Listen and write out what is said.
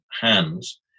hands